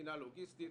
מבחינה לוגיסטית,